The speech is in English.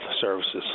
services